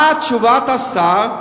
מה תשובת השר?